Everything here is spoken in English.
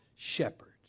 Shepherds